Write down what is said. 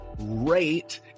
rate